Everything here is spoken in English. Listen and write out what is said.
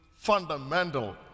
fundamental